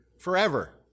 forever